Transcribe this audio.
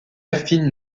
affine